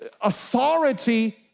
authority